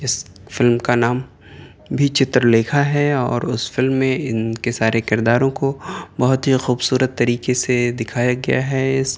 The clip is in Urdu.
جس فلم کا نام بھی چتر لیکھا ہے اور اس فلم میں ان کے سارے کرداروں کو بہت ہی خوبصورت طریقے سے دکھایا گیا ہے اس